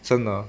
真的